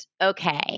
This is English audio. okay